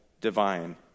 divine